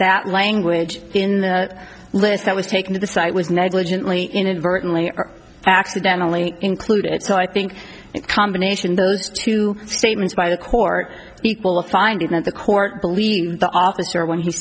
that language in the list that was taken to the site was negligently inadvertently or accidentally included so i think that combination those two statements by the court equal a finding that the court believed the officer when he